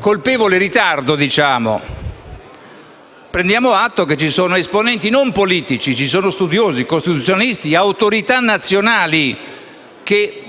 colpevole ritardo, prendiamo atto e che ci sono esponenti non politici, ma studiosi, costituzionalisti e autorità nazionali che